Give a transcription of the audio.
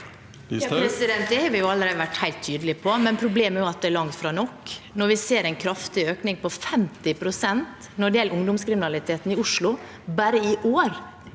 Ja, det har vi jo alle- rede vært helt tydelige på, men problemet er at det er langt fra nok. Når vi ser den kraftige økningen, på 50 pst., i ungdomskriminaliteten i Oslo bare i år,